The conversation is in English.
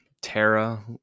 Terra